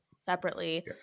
separately